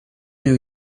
meu